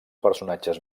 personatges